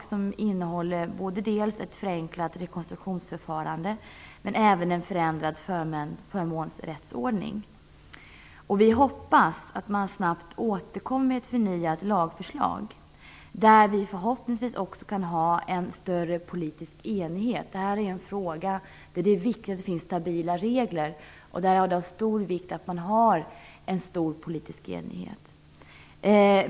Det skall innehålla dels ett förenklat rekonstruktionsförfarande, dels en förändrad förmånsrättsordning. Vi hoppas att man snabbt återkommer med ett förnyat lagförslag, kring vilket vi förhoppningsvis också kan uppnå en större politisk enighet. I den här frågan är det viktigt med stabila regler, och det är därför av stor vikt att det råder stor politisk enighet.